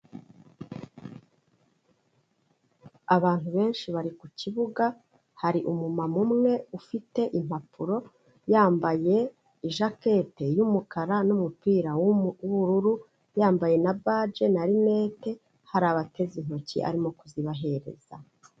Abantu benshi bari ku kibuga, hari umuma umwe ufite impapuro, yambaye jakete y'umukara n'umupira w'ubururu, yambaye na baje, na rinete, hari abateze intoki arimo kuzibahereza.